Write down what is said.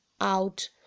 out